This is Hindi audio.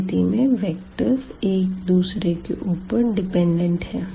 इस स्थिति में वेक्टर्स एक दूसरे के ऊपर डिपेंड है